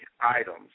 items